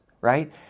right